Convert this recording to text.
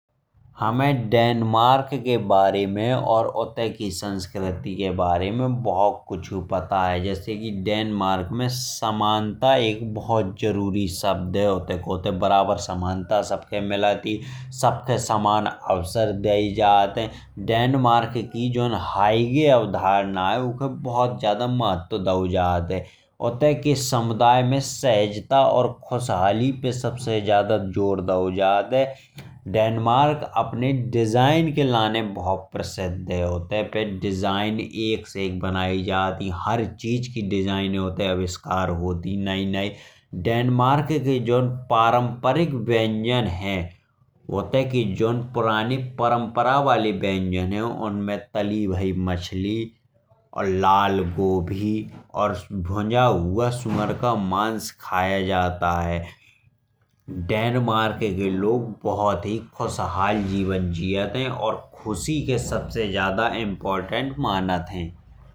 हमें डेनमार्क के बारे में और उत्ते की संस्कृति के बारे में बहुत कुछ पता है। जैसे कि डेनमार्क में समानता एक बहुत जरूरी शब्द है। उत्ते को बराबर समानता सबके मिलत ही उत्ते सबखे समान अवसर दिए जाते हैं। डेनमार्क की जोन हाईगय अवधारणा है उनके बहुत ज्यादा महत्व दिए जा रहे हैं। उत्ते के समुदाय में सहजता और खुशहाली पर सबसे ज्यादा जोर दिए जाते हैं। डेनमार्क अपने डिजाइन के लिए बहुत प्रसिद्ध है। उत्ते पर डिज़ाइन एक से बनाई जाती हर चीज की डिज़ाइन उत्ते आविष्कार होते ही नहीं। डेनमार्क के जोन पारंपरिक व्यंजन हैं। उत्ते के जोन पुराने परंपरा वाले व्यंजन हैं। उनमें तली भरी मछली और लल को भी और भूजा हुआ सुअर का मांस खाया जाता है। डेनमार्क के लोग बहुत ही खुशहाल जीवन जीते हैं और खुशी के सबसे ज्यादा महत्वपूर्ण मानते हैं।